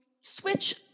switch